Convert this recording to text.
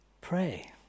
Pray